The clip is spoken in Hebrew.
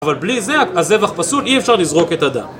אבל בלי זה, הזבח פסול. אי אפשר לזרוק את הדם.